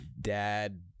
dad